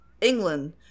England